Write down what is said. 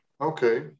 Okay